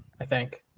i think.